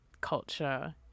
culture